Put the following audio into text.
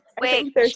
Wait